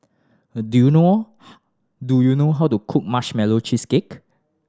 do you know do you know how to cook Marshmallow Cheesecake